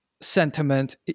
sentiment